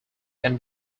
can